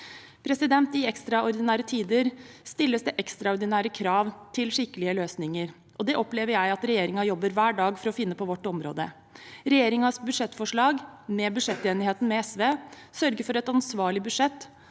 5) I ekstraordinære tider stilles det ekstraordinære krav til skikkelige løsninger, og det opplever jeg at regjeringen jobber hver dag for å finne på vårt område. Regjeringens budsjettforslag, med budsjettenigheten med SV, sørger for et ansvarlig budsjett